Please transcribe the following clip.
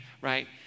right